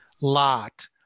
lot